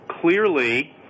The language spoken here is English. Clearly